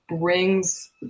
brings